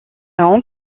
hong